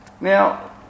Now